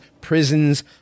prisons